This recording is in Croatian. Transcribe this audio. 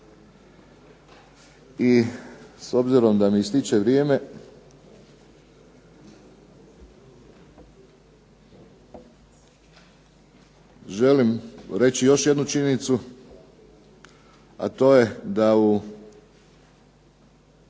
I s obzirom da mi ističe vrijeme, želim reći još jednu činjenicu, a to je da u